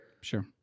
Sure